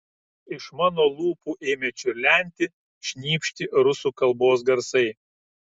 iš mano lūpų ėmė čiurlenti ir šnypšti rusų kalbos garsai